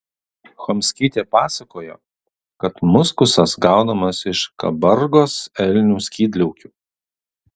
chomskytė pasakojo kad muskusas gaunamas iš kabargos elnių skydliaukių